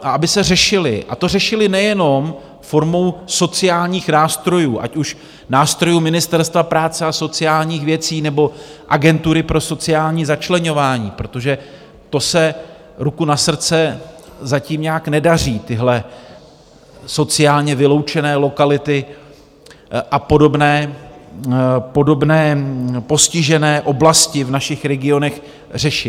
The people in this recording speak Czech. A aby se řešily, a to řešily nejenom formou sociálních nástrojů, ať už nástrojů Ministerstva práce a sociálních věcí, nebo Agentury pro sociální začleňování, protože to se ruku na srdce zatím nějak nedaří, tyhle sociálně vyloučené lokality a podobné postižené oblasti v našich regionech řešit.